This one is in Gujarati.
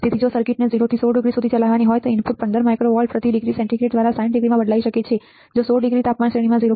તેથી જો સર્કિટને 0 થી 16 ડિગ્રી સુધી ચલાવવાની હોય તો ઇનપુટ 15 માઇક્રો વોલ્ટ પ્રતિ ડિગ્રી સેન્ટીગ્રેડ દ્વારા 60 ડિગ્રીમાં બદલાઈ શકે છે જે 16 ડિગ્રી તાપમાન શ્રેણીમાં 0